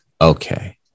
Okay